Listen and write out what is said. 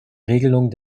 regelung